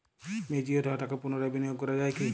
Mature হওয়া টাকা পুনরায় বিনিয়োগ করা য়ায় কি?